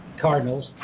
cardinals